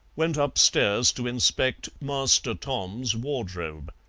went upstairs to inspect master tom's wardrobe.